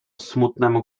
smutnemu